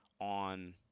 on